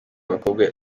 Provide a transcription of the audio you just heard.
abakobwa